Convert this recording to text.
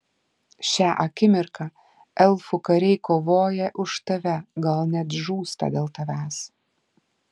šią akimirką elfų kariai kovoja už tave gal net žūsta dėl tavęs